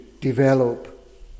develop